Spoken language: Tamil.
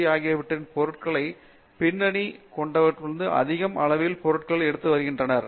டி ஆகியவற்றின் பொருட்கள் பின்னணி கொண்ட மக்களுக்கு அதிக அளவில் பொருட்களை எடுத்து வருகின்றன